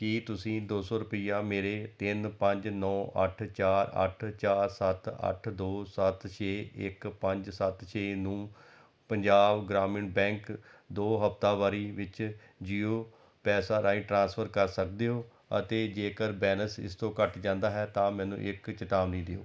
ਕੀ ਤੁਸੀਂਂ ਦੋ ਸੌ ਰੁਪਈਆ ਮੇਰੇ ਤਿੰਨ ਪੰਜ ਨੌਂ ਅੱਠ ਚਾਰ ਅੱਠ ਚਾਰ ਸੱਤ ਅੱਠ ਦੋ ਸੱਤ ਛੇ ਇਕ ਪੰਜ ਸੱਤ ਛੇ ਨੂੰ ਪੰਜਾਬ ਗ੍ਰਾਮੀਣ ਬੈਂਕ ਦੋ ਹਫ਼ਤਾਵਾਰੀ ਵਿੱਚ ਜੀਓ ਪੈਸਾ ਰਾਹੀਂ ਟ੍ਰਾਂਸਫਰ ਕਰ ਸਕਦੇ ਹੋ ਅਤੇ ਜੇਕਰ ਬੈਲੇਂਸ ਇਸ ਤੋਂ ਘੱਟ ਜਾਂਦਾ ਹੈ ਤਾਂ ਮੈਨੂੰ ਇੱਕ ਚੇਤਾਵਨੀ ਦਿਓ